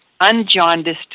unjaundiced